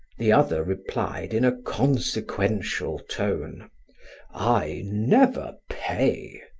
the other replied in a consequential tone i never pay,